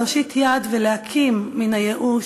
להושיט יד ולהקים מן הייאוש,